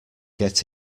get